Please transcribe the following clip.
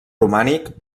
romànic